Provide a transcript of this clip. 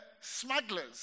smugglers